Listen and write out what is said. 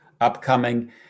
upcoming